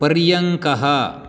पर्यङ्कः